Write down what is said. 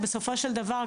בסופו של דבר,